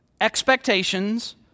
expectations